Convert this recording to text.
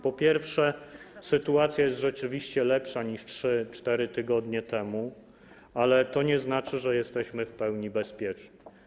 Po pierwsze, sytuacja jest rzeczywiście lepsza niż 3–4 tygodnie temu, ale to nie znaczy, że jesteśmy w pełni bezpieczni.